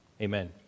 Amen